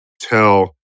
tell